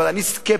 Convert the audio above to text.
אבל אני סקפטי.